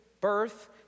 birth